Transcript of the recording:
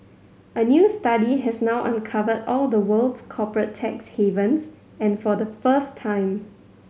a new study has now uncovered all the world's corporate tax havens and for the first time